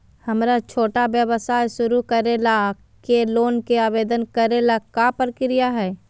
हमरा छोटा व्यवसाय शुरू करे ला के लोन के आवेदन करे ल का प्रक्रिया हई?